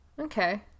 Okay